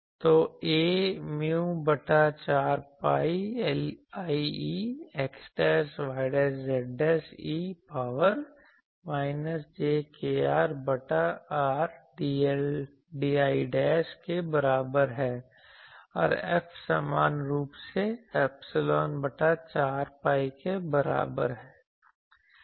तो A mu बटा 4 pi Ie xyz e power minus j kR बटा R dl के बराबर है और F समान रूप से ऐपसीलोन बटा 4 pi के बराबर है